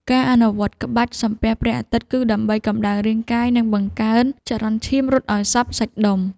ការអនុវត្តក្បាច់ សំពះព្រះអាទិត្យ គឺដើម្បីកម្ដៅរាងកាយ និងបង្កើនចរន្តឈាមរត់ឱ្យសព្វសាច់ដុំ។